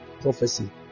prophecy